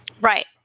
Right